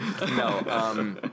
No